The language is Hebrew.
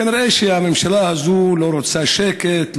כנראה הממשלה הזאת לא רוצה שקט,